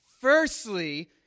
Firstly